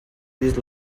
this